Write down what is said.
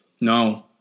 No